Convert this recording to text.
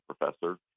professor